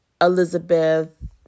Elizabeth